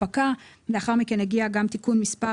לאחר מכן הגיע תיקון מס'